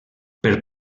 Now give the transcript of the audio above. per